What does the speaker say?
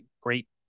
great